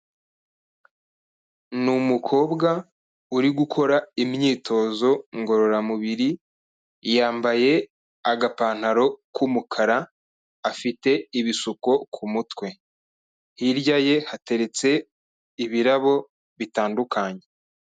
Ni umukobwa uri gukora imyitozo ngororamubiri, yambaye agapantaro k'umukara, afite ibisuko ku mutwe. Hirya ye hateretse ibirabo bitandukanye.